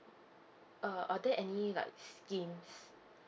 uh are there any like schemes